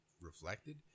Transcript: reflected